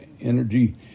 energy